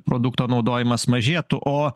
produkto naudojimas mažėtų o